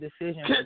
decision